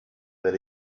that